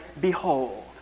behold